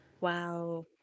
Wow